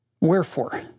Wherefore